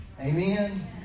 Amen